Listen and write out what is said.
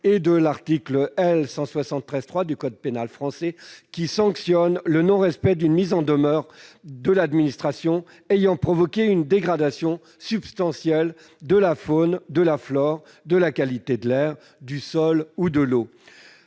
et de l'article L. 173-3 du code pénal français, qui sanctionne le non-respect d'une mise en demeure de l'administration ayant provoqué une dégradation substantielle de la faune, de la flore, de la qualité de l'air, du sol ou de l'eau.